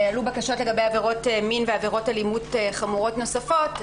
עלו בקשות לגבי עבירות מין ועבירות אלימות חמורות נוספות,